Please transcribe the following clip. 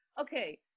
okay